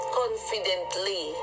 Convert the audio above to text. confidently